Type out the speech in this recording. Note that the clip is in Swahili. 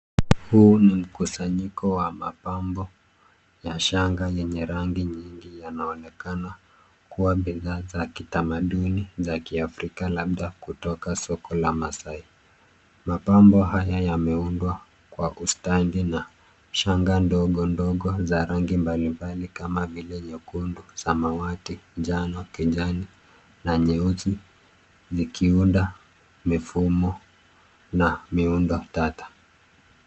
Huu ni mkusanyiko wa mapambo, ya shanga, yenye rangi nyingi, yanaonekana kuwa bidhaa za kitamaduni, za kiafrika labda kutoka soko la maasai. Mapambo haya, yameundwa, kwa ustadi, na shanga ndogo ndogo za rangi mbalimbali, kama vile nyekundu, samawati, njano, kijani, na nyeusi, zikiunda mifumo na miundo taji.